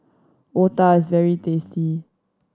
otah is very tasty